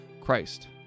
Christ